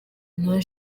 nta